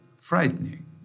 frightening